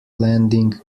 landing